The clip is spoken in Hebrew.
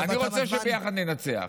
אני רוצה שביחד ננצח,